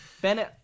Ben